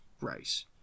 race